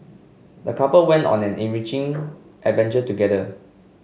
the couple went on an enriching adventure together